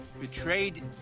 betrayed